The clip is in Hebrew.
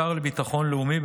השר לביטחון לאומי,